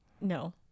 No